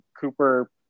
Cooper